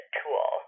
tool